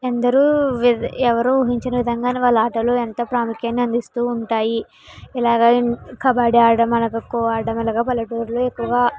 ఎందరు ఎవ ఎవరు ఊహించిన విధంగానే వాళ్ళు ఆటలు ఎంత ప్రాముఖ్యంగా అందిస్తూ ఉంటాయి ఇలాగా కబడీ ఆడడం అలాగే కోకో ఆడడం అలాగా పల్లెటూర్లో ఎక్కువగా